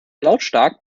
lautstark